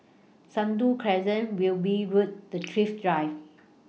Sentul Crescent Wilby Road The Thrift Drive